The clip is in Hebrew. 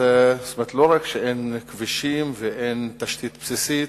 לא רק שאין כבישים ואין תשתית בסיסית,